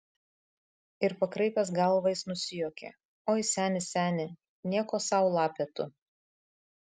ir pakraipęs galvą jis nusijuokė oi seni seni nieko sau lapė tu